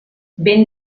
vent